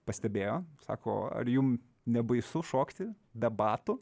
pastebėjo sako ar jum nebaisu šokti be batų